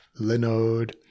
Linode